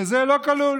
שזה לא כלול.